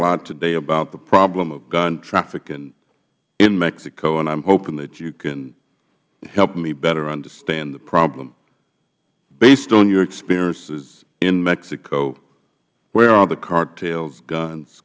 lot today about the problem of gun trafficking in mexico and i am hoping that you can help me better understand the problem based on your experiences in mexico where are the cartels guns